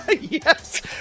Yes